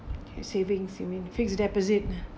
savings you mean fixed deposit